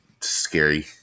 scary